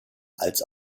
als